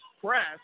press